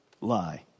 Lie